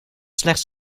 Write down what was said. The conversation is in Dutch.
slechts